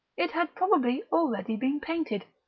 it had probably already been painted,